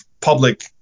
public